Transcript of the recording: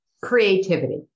creativity